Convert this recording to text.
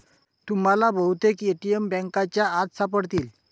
तुम्हाला बहुतेक ए.टी.एम बँकांच्या आत सापडतील